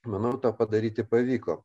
manau to padaryti pavyko